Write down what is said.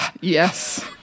yes